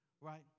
right